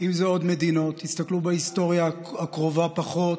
אם זה עוד מדינות, תסתכלו בהיסטוריה הקרובה פחות.